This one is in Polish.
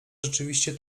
rzeczywiście